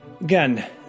Again